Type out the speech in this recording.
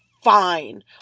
fine